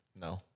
No